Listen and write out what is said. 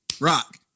rock